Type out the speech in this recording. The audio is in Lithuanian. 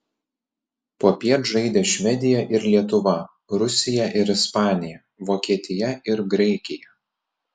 popiet žaidė švedija ir lietuva rusija ir ispanija vokietija ir graikija